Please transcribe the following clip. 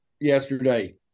yesterday